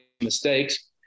mistakes